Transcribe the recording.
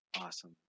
Awesome